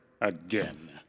again